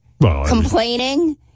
complaining